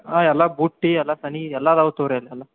ಹಾಂ ಎಲ್ಲ ಬುಟ್ಟಿ ಎಲ್ಲ ತನಿ ಎಲ್ಲ ಅದಾವು ತಗೋರಿ ಅದು ಎಲ್ಲ